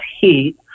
heat